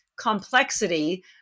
complexity